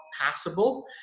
passable